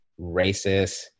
racist